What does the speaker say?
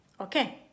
okay